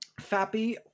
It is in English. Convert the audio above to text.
fappy